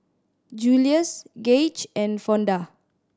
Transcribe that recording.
Julius Gaige and Fonda